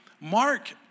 Mark